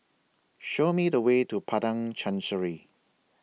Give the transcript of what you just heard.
Show Me The Way to Padang Chancery